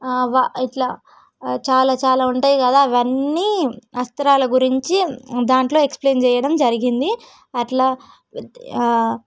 ఇట్ల చాలా చాలా ఉంటాయి కదా అవన్నీ అస్త్రాల గురించి దాంట్లో ఎక్స్ప్లెయిన్ చేయడం జరిగింది అట్లా